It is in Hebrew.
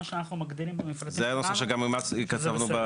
שאנחנו מגדירים --- זה הנושא שגם כתבנו בסעיף.